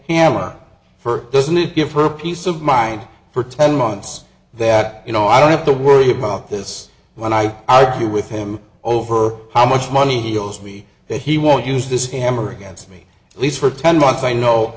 for doesn't it give her peace of mind for ten months that you know i don't have to worry about this when i argue with him over how much money he owes me that he won't use this hammer against me at least for ten months i know